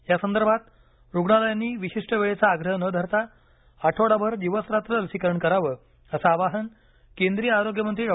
यासंदर्भात रुग्णालयांनी विशिष्ट वेळेचा आग्रह न धरता आठवडाभर दिवसरात्र लसीकरण करावं असं आवाहन केंद्रीय आरोग्य मंत्री डॉ